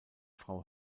frau